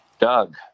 Doug